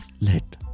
let